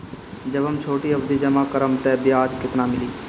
जब हम छोटी अवधि जमा करम त ब्याज केतना मिली?